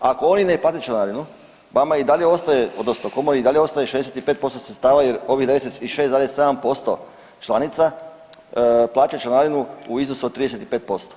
Ako oni ne plate članarinu vama i dalje ostaje odnosno komori i dalje ostaje 65% sredstava jer ovih 10 i 6,7% članica plaća članarinu iznosu od 35%